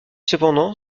cependant